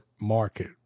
market